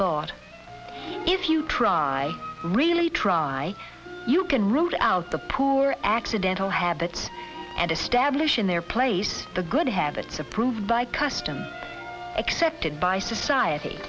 thought if you try really try you can rule out the poor accidental habits and establish in their place the good habits approved by custom accepted by society